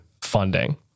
funding